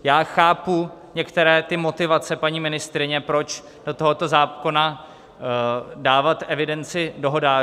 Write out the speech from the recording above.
Já chápu některé motivace paní ministryně, proč do tohoto zákona dávat evidenci dohodářů.